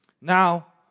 Now